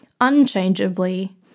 unchangeably